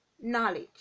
knowledge